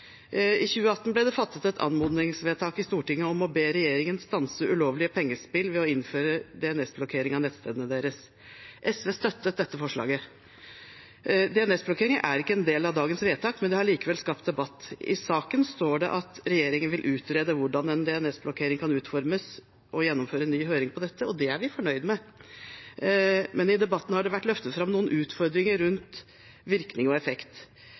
å be regjeringen stanse ulovlige pengespill ved å innføre DNS-blokkering av nettstedene deres. SV støttet dette forslaget. DNS-blokkering er ikke en del av dagens vedtak, men det har likevel skapt debatt. I saken står det at regjeringen vil utrede hvordan en DNS-blokkering kan utformes, og gjennomføre en ny høring på dette, og det er vi fornøyd med. Men i debatten har det vært løftet fram noen utfordringer rundt virkning og effekt.